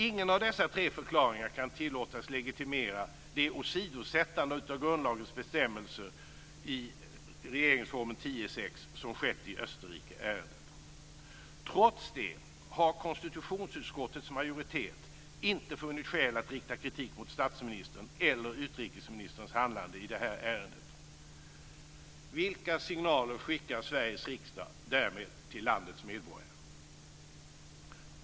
Ingen av dessa tre förklaringar kan tillåtas legitimera de åsidosättanden av grundlagens bestämmelser i regeringsformen 10:6 som skett i Österrikeärendet. Trots det har konstitutionsutskottets majoritet inte funnit skäl att rikta kritik mot statsministerns eller utrikesministerns handlande i detta ärende. Vilka signaler skickar Sveriges riksdag därmed till landets medborgare?